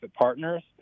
partners